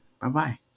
bye-bye